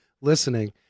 listening